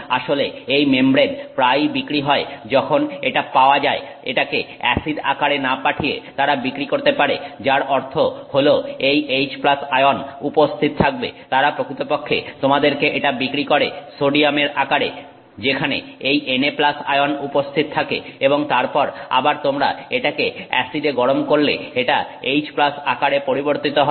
আসলে এই মেমব্রেন প্রায়ই বিক্রি হয় যখন এটা পাওয়া যায় এটাকে অ্যাসিড আকারে না পাঠিয়ে তারা বিক্রি করতে পারে যার অর্থ হলো এই H আয়ন উপস্থিত থাকবে তারা প্রকৃতপক্ষে তোমাদেরকে এটা বিক্রি করে সোডিয়ামের আকারে যেখানে এই Na আয়ন উপস্থিত থাকে এবং তারপর আবার তোমরা এটাকে অ্যাসিডে গরম করলে এটা H আকারে পরিবর্তিত হবে